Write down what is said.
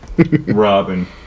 Robin